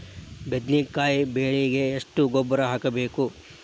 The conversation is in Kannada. ಬದ್ನಿಕಾಯಿ ಬೆಳಿಗೆ ಎಷ್ಟ ಗೊಬ್ಬರ ಹಾಕ್ಬೇಕು?